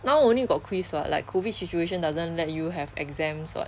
now only got quiz what like COVID situation doesn't let you have exams [what]